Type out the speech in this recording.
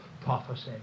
prophecy